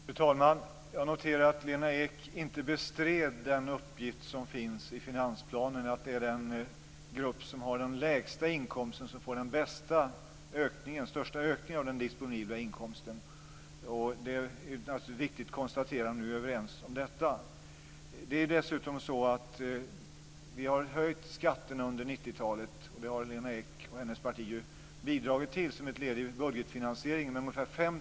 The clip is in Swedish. Fru talman! Jag noterade att Lena Ek inte bestred den uppgift som finns i finansplanen om att det är den grupp som har den lägsta inkomsten som får den största ökningen av den disponibla inkomsten. Det är naturligtvis viktigt att konstatera att vi är överens om detta. Dessutom har vi höjt skatterna under 1990-talet med ungefär 50 miljarder kronor. Det har Lena Ek och hennes parti bidragit till som ett led i budgetfinansieringen.